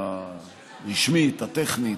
הרשמית, הטכנית,